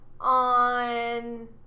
on